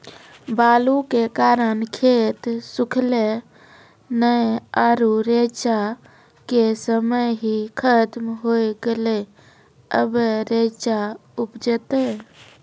बालू के कारण खेत सुखले नेय आरु रेचा के समय ही खत्म होय गेलै, अबे रेचा उपजते?